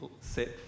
set